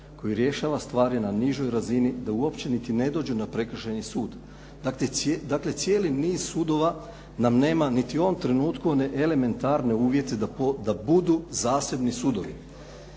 koji rješava stvari na nižoj razini da uopće niti ne dođu na prekršajni sud. Dakle, cijeli niz sudova nam nema niti u ovom trenutku one elementarne uvjete da budu zasebni sudovi.